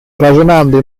ragionando